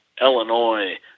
Illinois